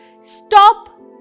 Stop